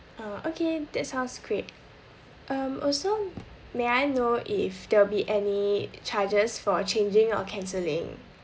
uh okay that sounds great um also may I know if there'll be any charges for changing or canceling